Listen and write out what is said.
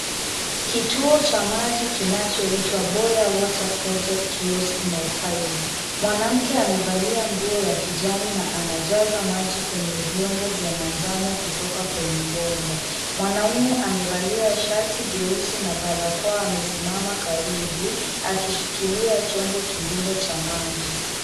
Kituo cha maji kinachoitwa Boya Water Project kiosk No Five . Mwanamke amevalia nguo ya kijani na anajaza maji kwenye vyombo vya manjano kutoka kwenye bomba. Mwanaume amevalia shati jeusi na barakoa amesimama karibu, akishikilia chombo kingine cha maji.